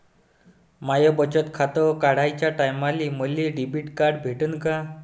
माय बचत खातं काढाच्या टायमाले मले डेबिट कार्ड भेटन का?